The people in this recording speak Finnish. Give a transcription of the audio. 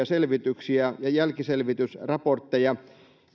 selvityksiä ja jälkiselvitysraportteja